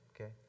okay